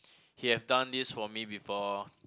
he have done this for me before